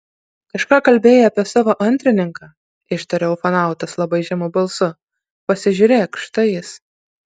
kažką kalbėjai apie savo antrininką ištarė ufonautas labai žemu balsu pasižiūrėk štai jis